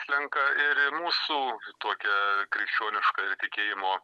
slenka ir ir mūsų tokia krikščioniškąja tikėjimo